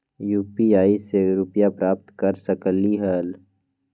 UPI से रुपए प्राप्त कर सकलीहल?